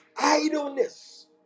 idleness